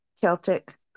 celtic